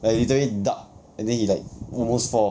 like literally duck and then he like almost fall